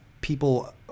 people